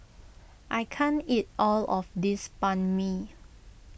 I can't eat all of this Banh Mi